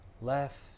Left